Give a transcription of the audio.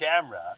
camera